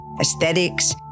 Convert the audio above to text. aesthetics